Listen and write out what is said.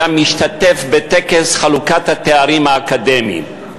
היה משתתף בטקס חלוקת התארים האקדמיים.